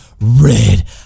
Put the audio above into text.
red